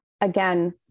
Again